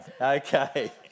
Okay